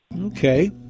Okay